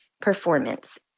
performance